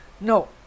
no